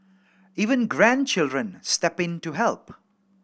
even grandchildren step in to help